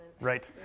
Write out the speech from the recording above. Right